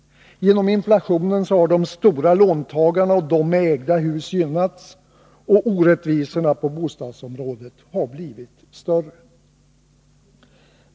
Genom inflationen har de stora låntagarna och de med ägda hus gynnats, och orättvisorna på bostadsområdet har blivit större.